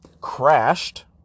crashed